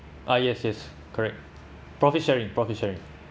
uh yes yes correct profit sharing profit sharing